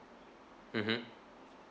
mmhmm